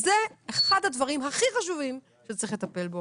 זה אחד הדברים הכי חשובים שצריך לטפל בו,